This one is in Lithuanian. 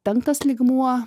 penktas lygmuo